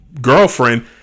girlfriend